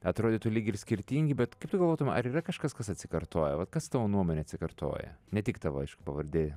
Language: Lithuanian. atrodytų lyg ir skirtingi bet kaip tu galvotum ar yra kažkas kas atsikartoja vat kas tavo nuomone atsikartoja ne tik tavo aišku pavardė